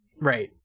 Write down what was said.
right